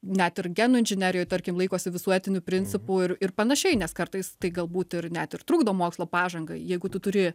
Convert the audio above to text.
net ir genų inžinerijoj tarkim laikosi visuotinių principų ir ir panašiai nes kartais tai galbūt ir net ir trukdo mokslo pažangai jeigu tu turi